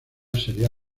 sería